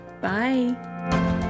bye